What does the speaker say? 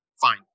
Fine